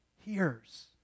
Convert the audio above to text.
hears